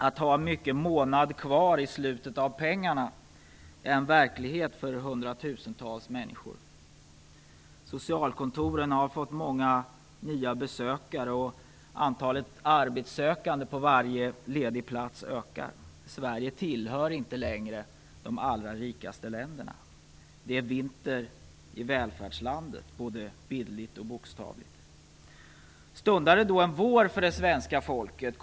Att ha mycket månad kvar i slutet av pengarna är en verklighet för hundratusentals människor. Socialkontoren har fått många nya besökare, och antalet arbetssökande på varje ledig plats ökar. Sverige tillhör inte längre de allra rikaste länderna. Det är vinter i välfärdslandet, både bildligt och bokstavligt talat. Stundar det då en vår för det svenska folket?